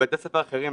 מבתי ספר אחרים,